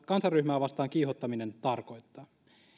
kansanryhmää vastaan kiihottaminen tarkoittaa